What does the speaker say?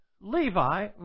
Levi